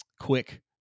quick